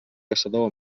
caçador